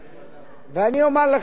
אני יודע שעשית עבודה מדהימה,